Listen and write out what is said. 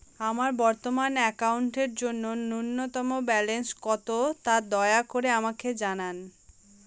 আমার বর্তমান অ্যাকাউন্টের জন্য ন্যূনতম ব্যালেন্স কত, তা দয়া করে আমাকে জানান